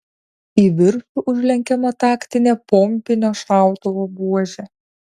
į viršų užlenkiama taktinė pompinio šautuvo buožė